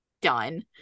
done